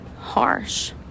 harsh